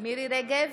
מירי מרים רגב,